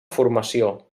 formació